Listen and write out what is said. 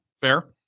fair